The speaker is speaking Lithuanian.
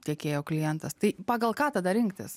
tiekėjo klientas tai pagal ką tada rinktis